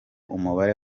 umubare